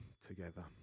together